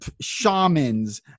shamans